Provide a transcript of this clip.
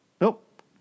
Nope